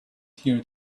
clear